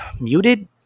muted